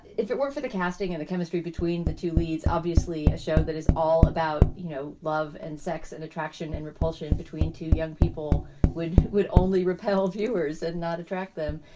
if it weren't for the casting and the chemistry between the two leads, obviously a show that is all about, you know, love and sex and attraction and repulsion between two young people would would only repel viewers and not attract them.